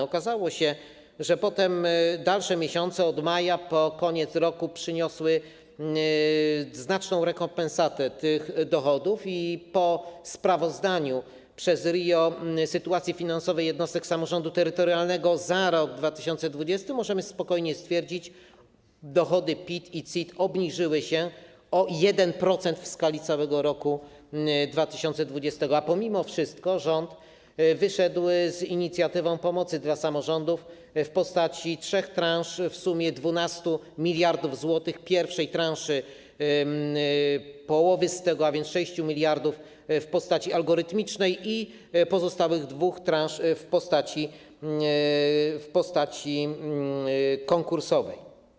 Okazało się, że dalsze miesiące, od maja po koniec roku, przyniosły znaczną rekompensatę tych dochodów i po sprawozdaniu przez RIO sytuacji finansowej jednostek samorządu terytorialnego za rok 2020 możemy spokojnie stwierdzić, że dochody z PIT i CIT obniżyły się o 1% w skali całego roku 2020, a mimo wszystko rząd wyszedł z inicjatywą pomocy dla samorządów w postaci trzech transz, w sumie 12 mld zł, z czego pierwsza transza, w wysokości połowy tego, a więc 6 mld zł, w postaci algorytmicznej, a pozostałe dwie transze w postaci konkursowej.